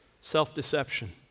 self-deception